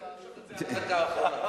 לא צריך למשוך את זה עד הדקה האחרונה.